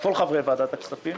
כל חברי ועדת הכספים,